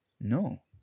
No